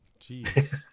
Jeez